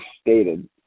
stated